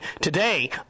today